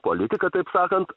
politika taip sakant